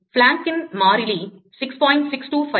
எனவே பிளாங்கின் மாறிலி Plancks constant 6